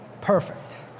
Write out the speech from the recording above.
Perfect